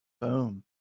Boom